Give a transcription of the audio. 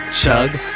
chug